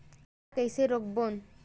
ला कइसे रोक बोन?